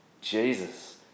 Jesus